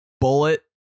Bullet